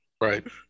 Right